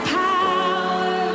power